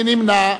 מי נמנע?